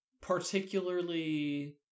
particularly